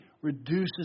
reduces